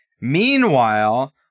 Meanwhile